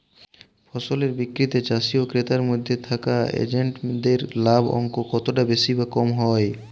ফসলের বিক্রিতে চাষী ও ক্রেতার মধ্যে থাকা এজেন্টদের লাভের অঙ্ক কতটা বেশি বা কম হয়?